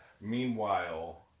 Meanwhile